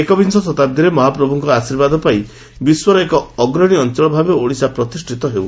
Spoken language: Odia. ଏକବିଂଶ ଶତାଦ୍ଦୀରେ ମହାପ୍ରଭ୍ରଙ୍କ ଆଶୀର୍ବାଦ ପାଇ ବିଶ୍ୱର ଏକ ଅଗ୍ରଶୀ ଅଞଳ ଭାବେ ଓଡ଼ିଶା ପ୍ରତିଷିତ ହେଉ